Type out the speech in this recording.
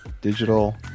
digital